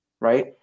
right